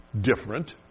different